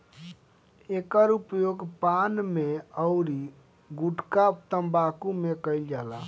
एकर उपयोग पान में अउरी गुठका तम्बाकू में कईल जाला